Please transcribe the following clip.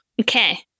Okay